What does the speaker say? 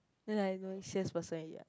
then like that no need sales person already ah